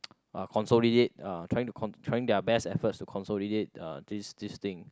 uh consolidate uh trying to con~ trying their best effort to consolidate uh this this thing